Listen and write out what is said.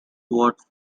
vote